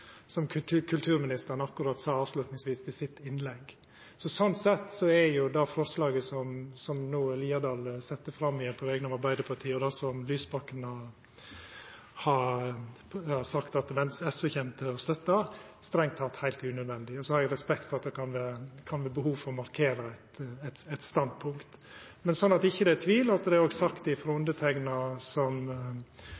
kulturministeren akkurat sa avslutningsvis i innlegget sitt. Slik sett er det forslaget som Haukeland Liadal sette fram på vegner av Arbeidarpartiet, og som Lysbakken har sagt at SV kjem til å støtta, strengt tatt heilt unødvendig. Så har eg respekt for at det kan vera behov for å markera eit standpunkt. Slik at det ikkje er tvil, og slik at det òg er sagt